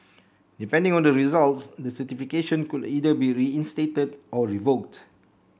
depending on the results the certification could either be reinstated or revoked